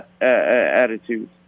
attitude